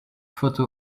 photo